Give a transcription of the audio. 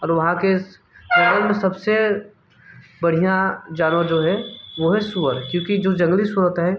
और वहाँ के सब से बढ़िया जानवर जो है वो है सुअर क्योंकि जंगली सुअर होता है